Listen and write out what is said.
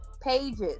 pages